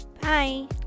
Bye